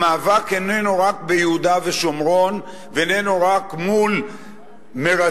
המאבק איננו רק ביהודה ושומרון ואיננו רק מול מרצחים,